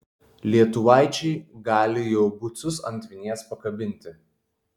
lietuvaičiai gali jau bucus ant vinies pakabinti